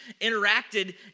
interacted